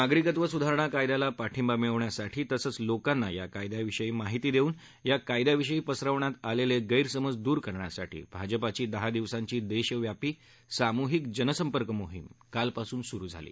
नागरिकत्व सुधारणा कायद्याला पाठिंबा मिळवण्यासाठी तसंच लोकांना या कायद्याविषयी माहिती देऊन या कायद्याविषयी पसरवण्यात आलेले गस्तिमज दूर करण्यासाठी भाजपाची दहा दिवसांची देशव्यापी सामूहिक जनसंपर्क मोहीम कालपासून सुरू झाली